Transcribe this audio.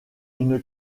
une